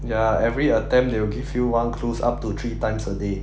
ya every attempt they will give you one clues up to three times a day